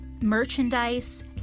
merchandise